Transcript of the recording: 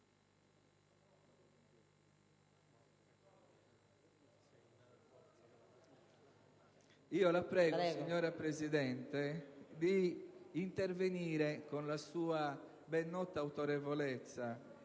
la prego, signora Presidente, di intervenire con la sua ben nota autorevolezza